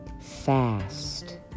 fast